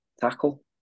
tackle